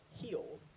healed